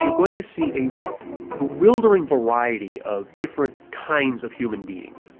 and going to see a bewildering variety of different kinds of human beings.